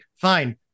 fine